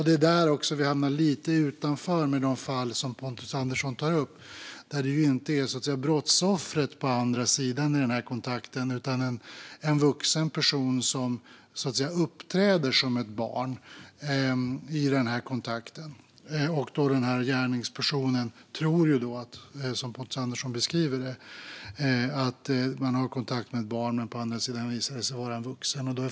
Det är också där vi hamnar lite utanför med de fall som Pontus Andersson tar upp, där det ju inte är brottsoffret på den andra sidan av kontakten utan en vuxen person som uppträder som ett barn. Som Pontus Andersson beskriver tror alltså gärningspersonen att man har kontakt med ett barn på den andra sidan, men det visar sig sedan vara en vuxen.